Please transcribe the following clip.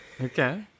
Okay